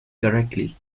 correctly